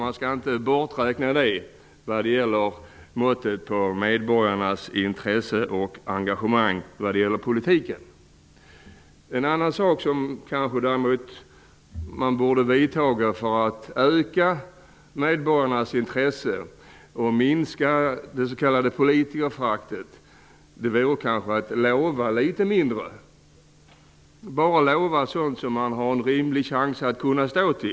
Man skall inte räkna bort det när det gäller måttet på medborgarnas intresse för och engagemang i politiken. En annan sak som man däremot kanske borde göra för att öka medborgarnas intresse och minska det s.k. politikerföraktet är att lova litet mindre. Man borde bara lova sådant som man har en rimlig chans att stå för.